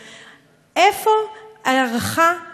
איפה הערכת הסיכונים?